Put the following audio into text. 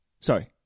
sorry